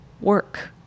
work